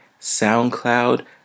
soundcloud